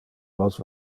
los